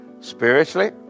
spiritually